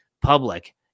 public